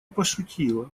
пошутила